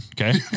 Okay